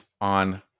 on